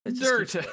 Dirt